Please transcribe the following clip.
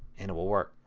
and it will work.